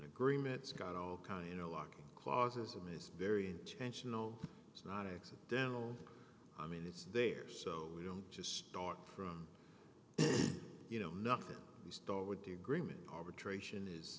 agreements got all kind of locking clauses in is very intentional it's not accidental i mean it's there so we don't just start from you know nothing we start with the agreement arbitration is